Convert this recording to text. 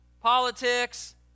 politics